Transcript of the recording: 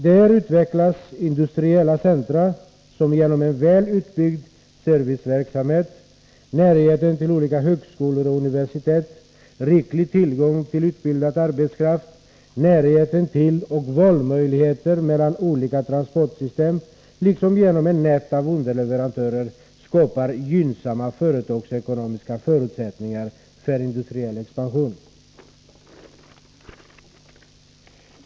Där utvecklas industriella centra, som genom en väl utbyggd serviceverksamhet, närheten till olika högskolor och universitet, riklig tillgång till utbildad arbetskraft, närheten till och valmöjligheter mellan olika transportsystem liksom ett nät av underleverantörer skapar gynnsamma företagsekonomiska förutsättningar för industriell expansion.